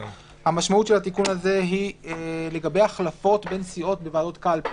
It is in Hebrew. המשמעות של התיקון הזה היא לגבי החלפות בין סיעות בוועדות קלפי.